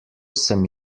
sem